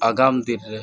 ᱟᱜᱟᱢ ᱫᱤᱱᱨᱮ